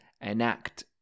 enact